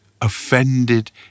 offended